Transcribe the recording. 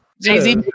Jay-Z